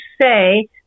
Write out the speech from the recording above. say